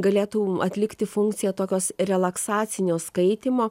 galėtų atlikti funkciją tokios relaksacinio skaitymo